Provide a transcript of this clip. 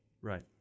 Right